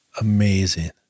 Amazing